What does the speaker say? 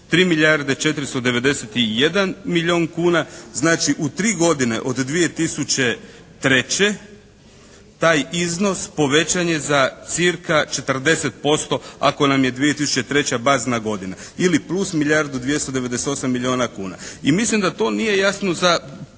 3 milijarde 491 milijun kuna. Znači, u tri godine od 2003. taj iznos povećan je za cirka 40% ako nam je 2003. bazna godina ili plus milijardu 298 milijuna kuna. I mislim da to nije jasno za